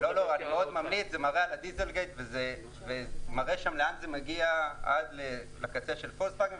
זה מראה שזה מגיע עד לקצה של פולקסווגן,